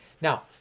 now